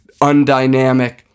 undynamic